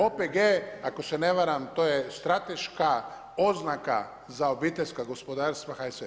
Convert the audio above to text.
OPG ako se ne varam to je strateška oznaka za obiteljska gospodarstva HSS-a.